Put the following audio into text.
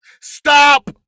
Stop